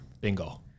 Bingo